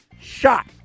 shot